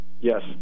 Yes